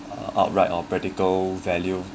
uh outright or practical value